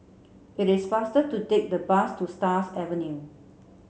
it is faster to take the bus to Stars Avenue